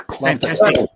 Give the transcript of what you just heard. Fantastic